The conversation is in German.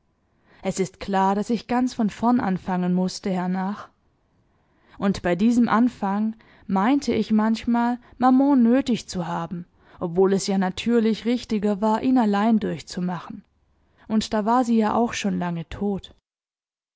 es ist klar daß ich ganz von vorn anfangen mußte hernach und bei diesem anfang meinte ich manchmal maman nötig zu haben obwohl es ja natürlich richtiger war ihn allein durchzumachen und da war sie ja auch schon lange tot